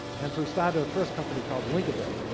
and so we started our first company called linkabit.